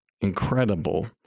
incredible